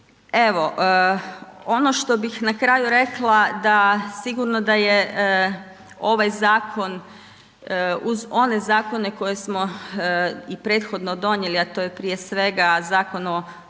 Evo ono što bih na kraju rekla da sigurno da je ovaj zakon uz one zakone koje smo i prethodno donijeli a to je prije svega Zakon o